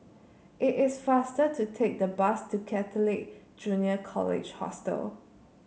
it is faster to take the bus to Catholic Junior College Hostel